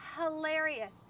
hilarious